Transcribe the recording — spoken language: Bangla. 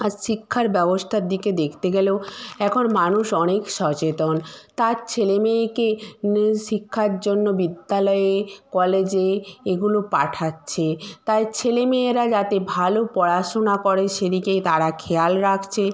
আর শিক্ষার ব্যবস্থার দিকে দেখতে গেলেও এখন মানুষ অনেক সচেতন তার ছেলে মেয়েকে মেন শিক্ষার জন্য বিদ্যালয়ে কলেজে এগুলো পাঠাচ্ছে তাই ছেলে মেয়েরা যাতে ভালো পড়াশোনা করে সেদিকেই তারা খেয়াল রাখছে